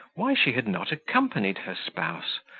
why she had not accompanied her spouse,